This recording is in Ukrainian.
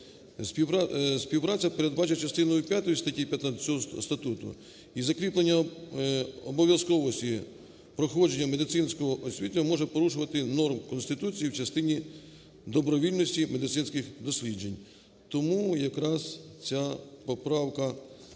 Співпраця, передбачена частиною п'ятою статті 15 цього статуту і закріплення обов'язковості проходження медичного освідчення може порушувати норму Конституції в частині добровільності медичних досліджень. Тому якраз ця поправка,